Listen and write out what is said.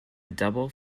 double